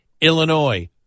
Illinois